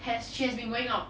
has she has been going out